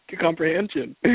comprehension